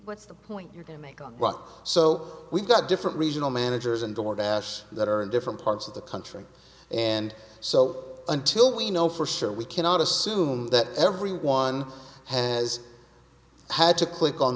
what's the point you're to make of what so we've got different regional managers and or das that are in different parts of the country and so until we know for sure we cannot assume that everyone has had to click on